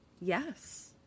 Yes